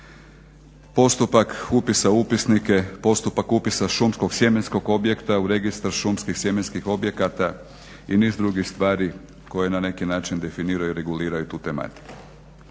postupak upisa u upisnike, postupak upisa šumskog sjemenskog objekta u Registar šumskih sjemenskih objekata i niz drugih stvari koje na neki način definiraju i reguliraju tu tematiku.